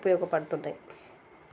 ఉపయోగపడుతున్నాయి